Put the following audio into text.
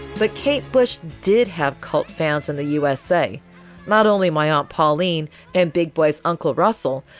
but kate bush did have cult fans in the usa not only my aunt pauline and big boys uncle russell,